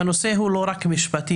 והנושא הוא לא רק משפטי,